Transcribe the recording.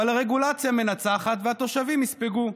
אבל הרגולציה מנצחת והתושבים יספגו.